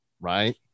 right